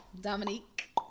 Dominique